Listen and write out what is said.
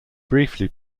briefly